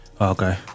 Okay